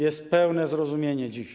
Jest pełne zrozumienie dziś.